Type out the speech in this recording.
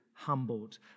humbled